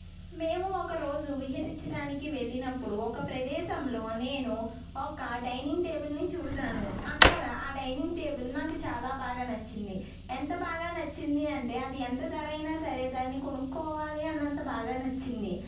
మేము ఒక రోజు విహరించడానికి వెళ్ళినప్పుడు ఒక ప్రదేశంలో నేను ఒక డైనింగ్ టేబుల్ని చూశాను అక్కడ ఆ డైనింగ్ టేబుల్ నాకు చాలా బాగా నచ్చింది ఎంత నచ్చింది అంటే ఎంత ధరైనా సరే దాన్ని కొనుక్కోవాలి అన్నంత బాగా నచ్చింది